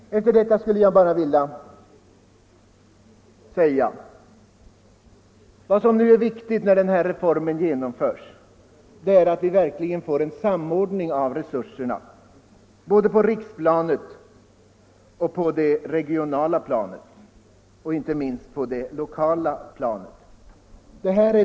Efter detta skulle jag bara vilja säga att vad som är viktigt när den här reformen genomförs är att vi verkligen får samordning av resurserna på riksplanet, på det regionala planet och inte minst på det lokala planet.